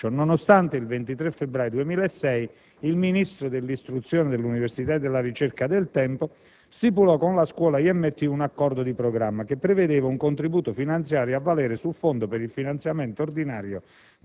nonostante, il 23 febbraio 2006, il Ministro dell'istruzione, dell'università e della ricerca del tempo stipula con la Scuola IMT un accordo di programma che prevede un contributo finanziario a valere sul fondo per il finanziamento ordinario